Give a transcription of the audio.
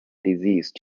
disease